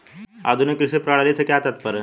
आधुनिक कृषि प्रणाली से क्या तात्पर्य है?